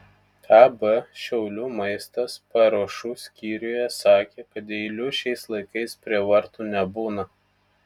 ab šiaulių maistas paruošų skyriuje sakė kad eilių šiais laikais prie vartų nebūna